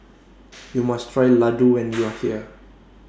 YOU must Try Laddu when YOU Are here